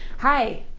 hi.